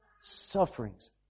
sufferings